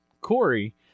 Corey